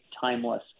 timeless